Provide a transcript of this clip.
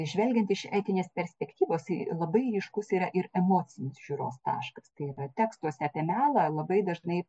žvelgiant iš etinės perspektyvos į labai ryškus yra ir emocinis žiūros taškas tai yra tekstuose apie melą labai dažnai